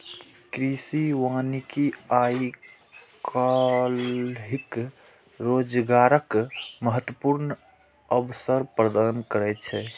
कृषि वानिकी आइ काल्हि रोजगारक महत्वपूर्ण अवसर प्रदान करै छै